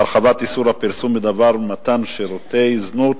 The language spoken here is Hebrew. (הרחבת איסור הפרסום בדבר מתן שירותי זנות